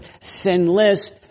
sinless